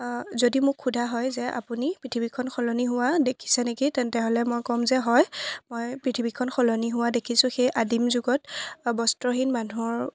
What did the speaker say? যদি মোক সোধা হয় যে আপুনি পৃথিৱীখন সলনি হোৱা দেখিছে নেকি তেন্তেহ'লে মই ক'ম যে হয় মই পৃথিৱীখন সলনি হোৱা দেখিছোঁ সেই আদিিম যুগত বা বস্ত্ৰহীন মানুহৰ